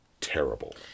terrible